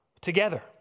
together